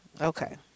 Okay